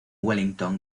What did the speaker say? wellington